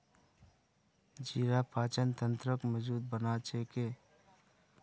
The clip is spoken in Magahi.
जीरा पाचन तंत्रक मजबूत बना छेक